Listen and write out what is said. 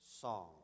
song